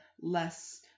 less